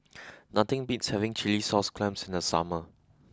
nothing beats having Chilli Sauce Clams in the summer